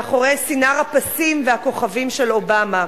מאחורי סינר הפסים והכוכבים של אובמה.